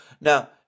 Now